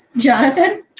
Jonathan